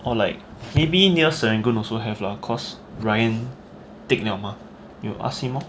or like maybe near serangoon also have lah because ryan take 了 mah you ask him lor